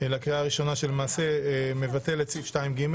לקריאה ראשונה שמבטל את סעיף 2(ג),